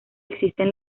existen